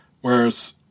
Whereas